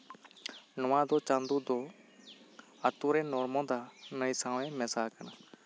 ᱱᱚᱣᱟ ᱫᱚ ᱪᱟᱸᱫᱳ ᱫᱚ ᱟᱹᱛᱩ ᱨᱮ ᱱᱚᱨᱢᱚᱫᱟ ᱱᱟᱹᱭ ᱥᱟᱶᱮ ᱢᱮᱥᱟᱣ ᱠᱟᱱᱟ